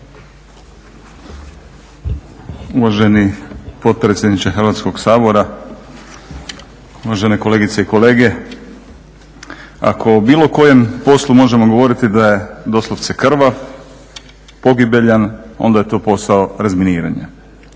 Uvaženi potpredsjedniče Hrvatskoga sabora, uvažene kolegice i kolege. Ako o bilo kojem poslu možemo govoriti da je doslovce krvav, pogibeljan onda je to posao razminiranja.